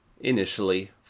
Initially